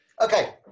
Okay